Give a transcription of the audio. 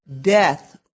death